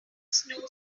snow